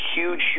huge